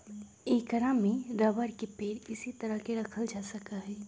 ऐकरा में रबर के पेड़ इसी तरह के रखल जा सका हई